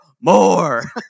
more